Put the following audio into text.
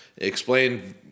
Explain